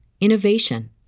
innovation